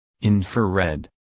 Infrared